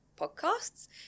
podcasts